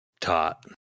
taught